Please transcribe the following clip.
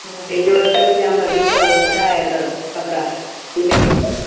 Indo western में जाम वधीक सुठा आया अथव कपिड़ा हिन में ॾेखारियांव